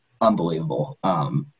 unbelievable